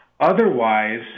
Otherwise